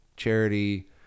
charity